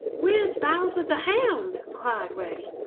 where is bowser the hound? cried reddy.